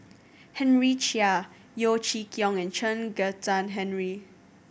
Henry Chia Yeo Chee Kiong and Chen Kezhan Henri